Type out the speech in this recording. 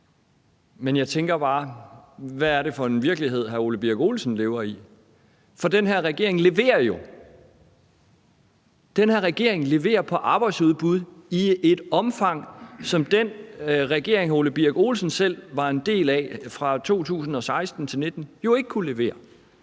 Men jeg tænker bare: Hvad er det for en virkelighed, hr. Ole Birk Olesen lever i? For den her regering leverer jo. Den her regering leverer på arbejdsudbud i et omfang, som den regering, hr. Ole Birk Olesen selv var en del af fra 2016 til 2019, jo ikke kunne levere.